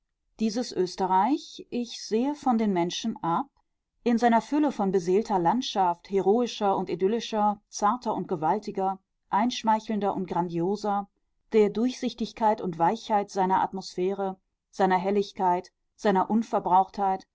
dieses österreich ich sehe von den menschen ab in seiner fülle von beseelter landschaft heroischer und idyllischer zarter und gewaltiger einschmeichelnder und grandioser der durchsichtigkeit und weichheit seiner atmosphäre seiner helligkeit seiner unverbrauchtheit